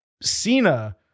Cena